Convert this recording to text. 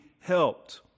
helped